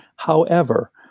however,